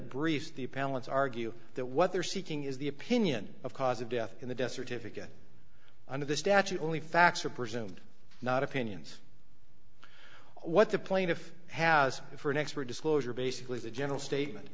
briefs the palace argue that what they are seeking is the opinion of cause of death in the death certificate under the statute only facts are presumed not opinions what the plaintiff has for an expert disclosure basically the general statement